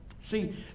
See